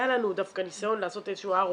היה לנו דווקא ניסיון לעשות איזשהו ROI,